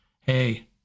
hey